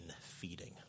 feeding